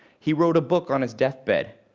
he wrote a book on his death bed.